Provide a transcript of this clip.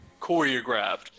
choreographed